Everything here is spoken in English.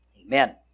Amen